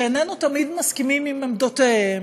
שאיננו מסכימים תמיד עם עמדותיהן,